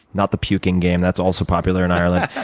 not the puking game, that's also popular in ireland,